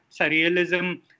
surrealism